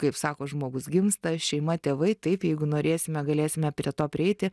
kaip sako žmogus gimsta šeima tėvai taip jeigu norėsime galėsime prie to prieiti